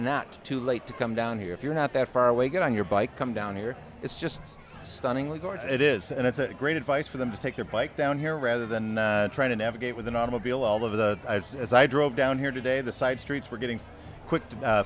not too late to come down here if you're not that far away get on bike come down here it's just stunningly gorgeous it is and it's a great advice for them to take their bike down here rather than trying to navigate with an automobile all over the ice as i drove down here today the side streets were getting qui